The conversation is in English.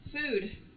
food